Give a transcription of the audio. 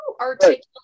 articulate